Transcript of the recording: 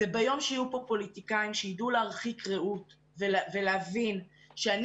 ביום שיהיו כאן פוליטיקאים שידעו להרחיק ראות ולהבין שאני